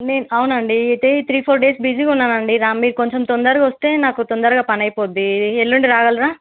అవును అండి three four days బిజీగా ఉన్నాను అండి మీరు కొంచెం తొందరగా వస్తే నాకు తొందరగా పని అయిపోతుంది ఎల్లుండి రాగలరా